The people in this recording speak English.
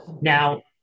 Now